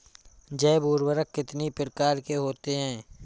जैव उर्वरक कितनी प्रकार के होते हैं?